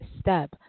step